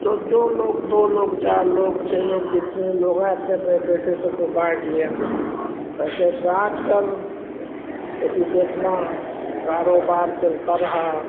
तो जो लोग दो लोग चार लोग छह लोग जितने लोग हैं अपने अपने पैसे सबको बाँट लिया पैसे बाँटकर उसी से अपना कारोबार चलता रहा